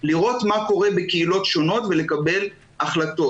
לראות מה קורה בקהילות שונות ולקבל החלטות.